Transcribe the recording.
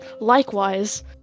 likewise